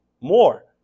more